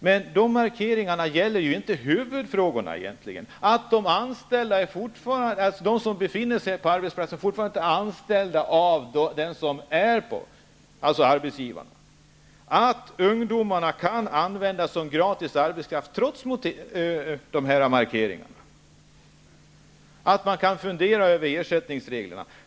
Men de markeringarna gäller ju inte huvudfrågan, nämligen att de som befinner sig på en arbetsplats inte är anställda av arbetsgivaren. Ungdomarna kan utnyttjas som gratis arbetskraft, trots markeringarna. Man kan fundera över ersättningsreglerna.